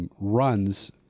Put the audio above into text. Runs